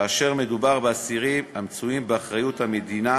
כאשר מדובר באסירים המצויים באחריות המדינה,